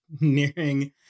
nearing